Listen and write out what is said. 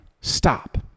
Stop